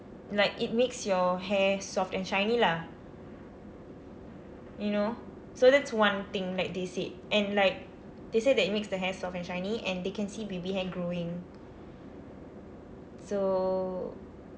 like it makes your hair soft and shiny lah you know so that's one thing like they said and like they say that it makes the hair soft and shiny and they can see baby hair growing so